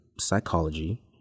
psychology